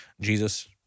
Jesus